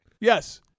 Yes